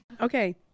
Okay